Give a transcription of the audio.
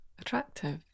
attractive